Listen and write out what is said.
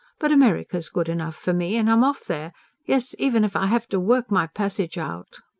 but america's good enough for me, and i'm off there yes, even if i have to work my passage out!